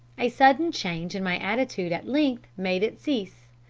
a sudden change in my attitude at length made it cease.